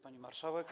Pani Marszałek!